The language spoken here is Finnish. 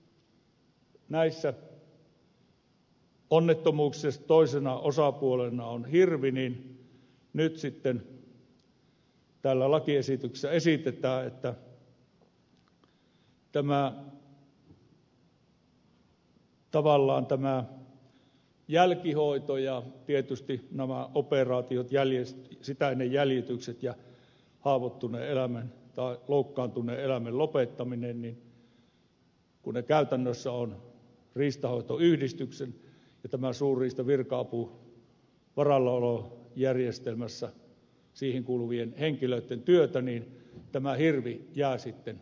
eli näissä onnettomuuksissa kun toisena osapuolena on hirvi tässä lakiesityksessä esitetään että tavallaan tämä jälkihoito ja tietysti nämä operaatiot sitä ennen jäljitykset ja haavoittuneen tai loukkaantuneen eläimen lopettaminen kun ne käytännössä ovat riistanhoitoyhdistyksen ja tähän suurriistavirka avun varallaolojärjestelmään kuuluvien henkilöitten työtä niin tämä hirvi jää sitten riistanhoitoyhdistykselle